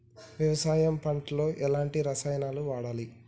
వ్యవసాయం పంట లో ఎలాంటి రసాయనాలను వాడాలి?